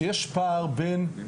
שיש פער בין